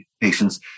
patients